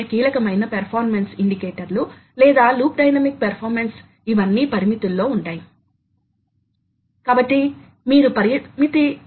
కనుక దీనిని వేగవంతమైన ట్రావర్స్ రేట్ అంటారు